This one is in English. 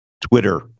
Twitter